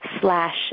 slash